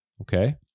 Okay